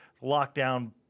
lockdown